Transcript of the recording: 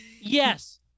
Yes